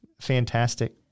Fantastic